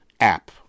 app